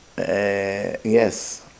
yes